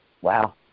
Wow